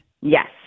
Yes